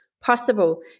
possible